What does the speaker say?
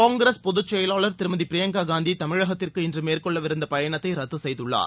காங்கிரஸ் பொதுச்செயலாளர் திருமதி பிரியங்கா காந்தி தமிழகத்திற்கு இன்று மேற்கொள்ளவிருந்த பயணத்தை ரத்து செய்துள்ளார்